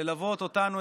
ללוות אותנו,